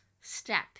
step